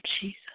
Jesus